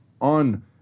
on